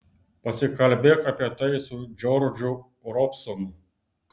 pasikalbėk apie tai su džordžu robsonu